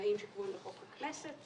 בתנאים שקבועים בחוק הכנסת,